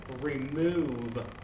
remove